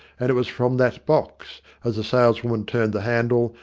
and it was from that box, as the sales woman turned the handle,